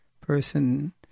person